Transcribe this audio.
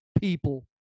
people